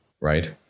right